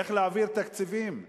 איך להעביר תקציבים?